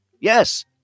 yes